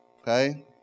okay